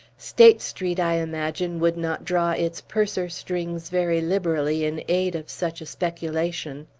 state street, i imagine, would not draw its purser strings very liberally in aid of such a speculation.